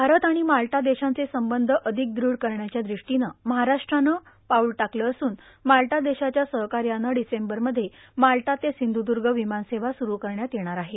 भारत आर्मण माल्टा देशाचे संबंध आधक दृढ करण्याच्या दिशेनं महाराष्ट्रानं पाऊल टाकलं असून माल्टा देशाच्या सहकायानं र्डिसबरमध्ये माल्टा ते र्सिंधुद्ग र्वमानसेवा सुरू करण्यात येणार आहे